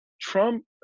Trump